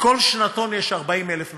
בכל שנתון יש 40,000 נשים,